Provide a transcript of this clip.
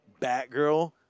batgirl